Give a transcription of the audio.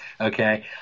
Okay